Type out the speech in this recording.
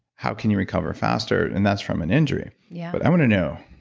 how can you recover faster? and that's from an injury yeah but i want to know,